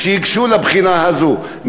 לגשת לבחינה הזאת,